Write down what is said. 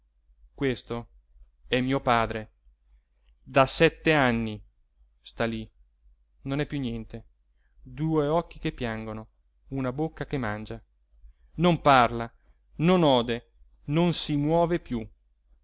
questo è mio padre da sette anni sta lì non è più niente due occhi che piangono una bocca che mangia non parla non ode non si muove più